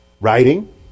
writing